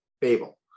babel